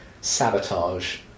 sabotage